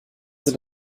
sind